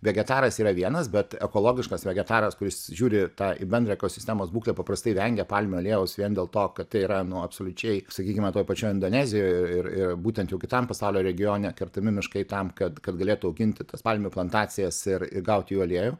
vegetaras yra vienas bet ekologiškas vegetaras kuris žiūri tą į bendrą ekosistemos būklę paprastai vengia palmių aliejaus vien dėl to kad tai yra nu absoliučiai sakykime toj pačioj indonezijoj ir ir būtent jau kitam pasaulio regione kertami miškai tam kad kad galėtų auginti tas palmių plantacijas ir ir gauti jų aliejų